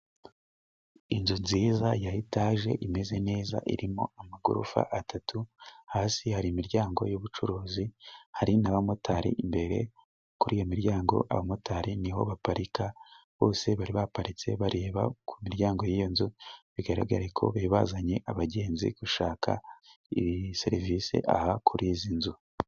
Inzu nziza ya etaje imeze neza， irimo amagorofa atatu，hasi hari imiryango y'ubucuruzi，hari n'abamotari，imbere kuri iyo miryango， abamotari niho baparika，bose bari baparitse bareba ku miryango y'iyo nzu，bigaragare ko bari bazanye abagenzi，gushaka serivisi aha kuri izi nzu.